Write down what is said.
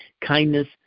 kindness